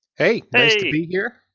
hey, nice to be here